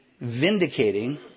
vindicating